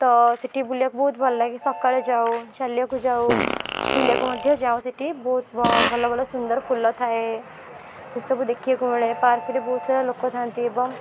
ତ ସେଇଠି ବୁଲିବାକୁ ବହୁତ ଭଲ ଲାଗେ ତ ସକାଳେ ଯାଉ ଚାଲିବାକୁ ଯାଉ ବୁଲିବାକୁ ମଧ୍ୟ ଯାଉ ସେଠି ବହୁତ ଭଲ ଭଲ ସୁନ୍ଦର ଫୁଲ ଥାଏ ଏସବୁ ଦେଖିବାକୁ ମିଳେ ପାର୍କରେ ବହୁତ୍ ସାରା ଲୋକ ଥାଆନ୍ତି ଏବଂ